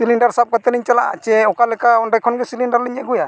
ᱥᱟᱵ ᱠᱟᱛᱮᱫᱞᱤᱝ ᱪᱟᱞᱟᱜᱼᱟ ᱪᱮ ᱚᱠᱟᱞᱮᱠᱟ ᱚᱸᱰᱮ ᱠᱷᱚᱱᱜᱮ ᱞᱤᱧ ᱟᱜᱩᱭᱟ